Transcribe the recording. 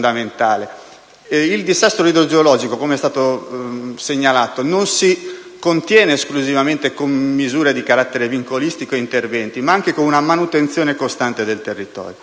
domande: il dissesto idrogeologico, come è stato segnalato, non si contiene esclusivamente con misure di carattere vincolistico e interventi, ma anche con una manutenzione costante del territorio.